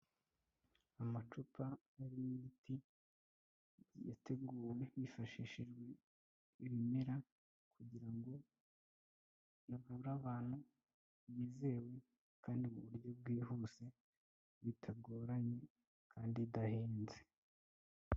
Amacupa ari y'imiti yateguwe hifashishijwe ibimera kugira ngo bavure abantu bizewe kandi mu buryo bwihuse bitagoranye kandi idahenze.